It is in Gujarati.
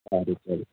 સારું ચલો